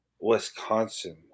Wisconsin